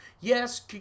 Yes